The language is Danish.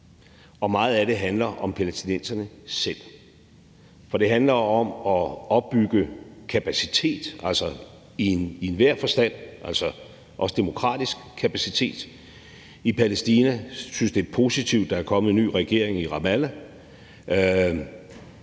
og meget af det handler om palæstinenserne selv. For det handler om at opbygge kapacitet i enhver forstand i Palæstina – altså også demokratisk kapacitet. Jeg synes, at det er positivt, at der er kommet en ny regering i Ramallah.